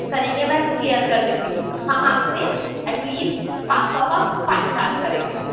کریں گے میں کلیئر کر دیتی ہوں ہم آپ سے ایٹ لیسٹ سات سو کا فائن چارج کریں گے